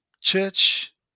church